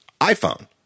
iPhone